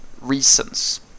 reasons